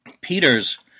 Peters